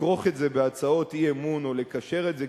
לכרוך את זה בהצעות אי-אמון או לקשר את זה,